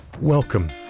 Welcome